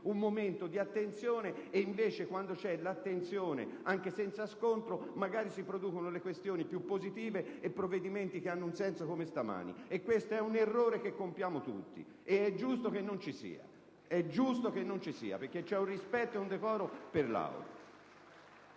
un momento di attenzione, mentre quando c'è attenzione anche senza scontro si producono gli atti più positivi e provvedimenti che hanno un senso, come stamani. E questo è un errore che compiamo tutti, ed è giusto che non vi sia, perché c'è un rispetto e un decoro per l'Aula.